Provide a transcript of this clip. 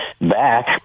back